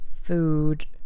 food